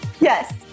Yes